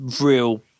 real